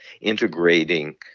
integrating